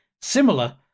similar